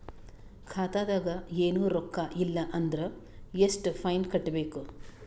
ಖಾತಾದಾಗ ಏನು ರೊಕ್ಕ ಇಲ್ಲ ಅಂದರ ಎಷ್ಟ ಫೈನ್ ಕಟ್ಟಬೇಕು?